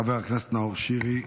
חבר הכנסת נאור שירי,